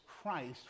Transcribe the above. Christ